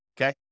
okay